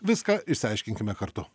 viską išsiaiškinkime kartu